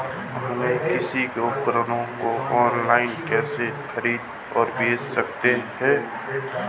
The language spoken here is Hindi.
हम कृषि उपकरणों को ऑनलाइन कैसे खरीद और बेच सकते हैं?